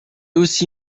aussi